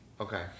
Okay